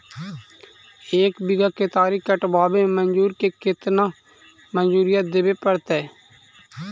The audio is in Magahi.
एक बिघा केतारी कटबाबे में मजुर के केतना मजुरि देबे पड़तै?